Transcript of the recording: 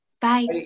Bye